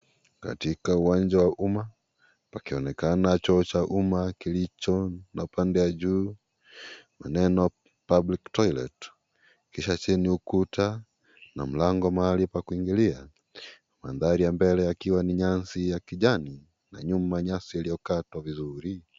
Katika uwanja wa umma, pakionekana choo cha umma kilicho na pande ya juu neno Public Toilet , kisha chini ukuta na mlango mahali pa kuingililia. Mandhari ya mbele yakiwa ni nyasi ya kijani na nyuma nyasi iliyokatwa vizuri.